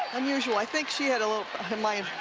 unusual. i think she had my